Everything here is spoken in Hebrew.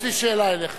יש לי שאלה אליך,